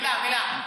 מילה, מילה.